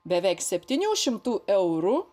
beveik septynių šimtų eurų